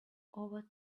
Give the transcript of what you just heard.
over